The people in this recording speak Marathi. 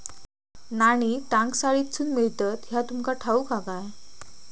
नाणी टांकसाळीतसून मिळतत ह्या तुमका ठाऊक हा काय